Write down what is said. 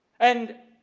and